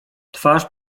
twarz